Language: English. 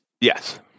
Yes